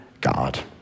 God